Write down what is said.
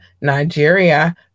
Nigeria